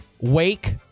Wake